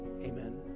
amen